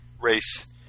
race